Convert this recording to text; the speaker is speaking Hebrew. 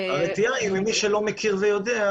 הרתיעה היא אצל מי שלא מכיר ויודע.